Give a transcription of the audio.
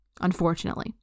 unfortunately